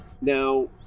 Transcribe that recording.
Now